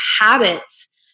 habits